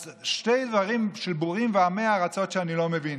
אז שני דברים של בורים ועמי הארצות שאני לא מבין: